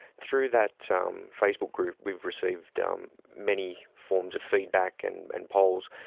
through that so um facebook group we've received um many forms of feedback and and polls,